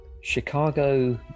Chicago